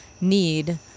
need